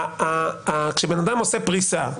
כשבן אדם עושה פריסה,